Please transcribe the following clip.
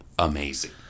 Amazing